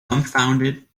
dumbfounded